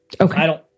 Okay